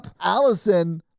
allison